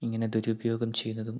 ഇങ്ങനെ ദുരുപയോഗം ചെയ്യുന്നതും